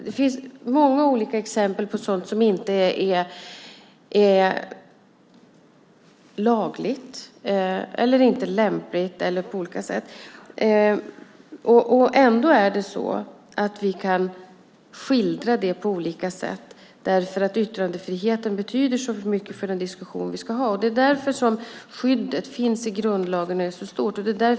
Det finns många exempel på sådant som inte är lagligt eller lämpligt. Vi kan ändå skildra det på olika sätt därför att yttrandefriheten betyder så mycket för vår diskussion. Därför finns skyddet i grundlagen.